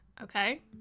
Okay